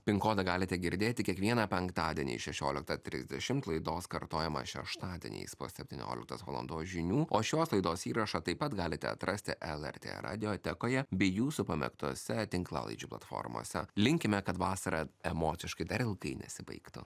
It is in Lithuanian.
pin kodą galite girdėti kiekvieną penktadienį šešioliktą trisdešim laidos kartojimą šeštadieniais po septynioliktos valandos žinių o šios laidos įrašą taip pat galite atrasti lrt radijotekoje bei jūsų pamėgtose tinklalaidžių platformose linkime kad vasara emociškai dar ilgai nesibaigtų